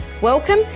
Welcome